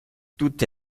tutte